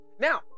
Now